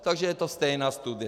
Takže je to stejná studie.